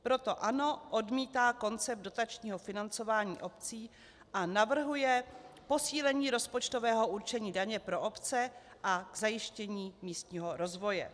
Proto ANO odmítá koncept dotačního financování obcí a navrhuje posílení rozpočtového určení daně pro obce a zajištění místního rozvoje.